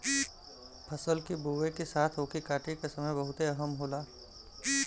फसल के बोए के साथ ओके काटे का समय बहुते अहम होला